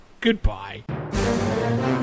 Goodbye